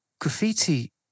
graffiti